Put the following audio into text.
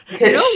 No